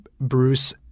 Bruce